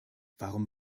warum